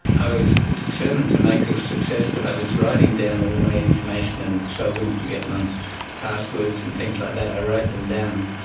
i was determined to make a success but i was writing down all my information and so i wouldn't forget my passwords and things like that, i wrote them down,